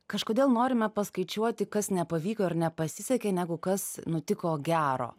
kažkodėl norime paskaičiuoti kas nepavyko ar nepasisekė negu kas nutiko gero